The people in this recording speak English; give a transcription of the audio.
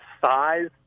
size